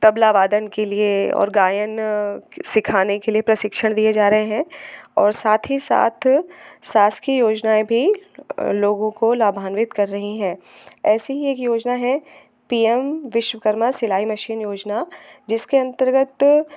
तबला वादन के लिए और गायन क सिखाने के लिए प्रशिक्षण दिए जा रहे हैं और साथ ही साथ शासकीय योजनाएँ भी लोगों को लाभान्वित कर रही हैं ऐसे ही एक योजना है पी एम विश्वकर्मा सिलाई मशीन योजना जिसके अंतर्गत